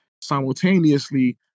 simultaneously